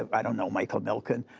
ah i don't know michael milken.